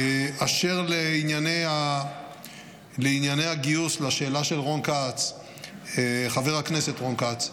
אשר לענייני הגיוס, לשאלה של חבר הכנסת רון כץ,